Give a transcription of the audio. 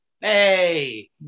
hey